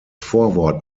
vorwort